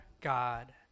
God